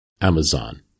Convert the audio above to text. Amazon